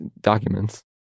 documents